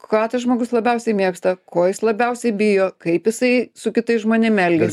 ką tas žmogus labiausiai mėgsta ko jis labiausiai bijo kaip jisai su kitais žmonėm elgias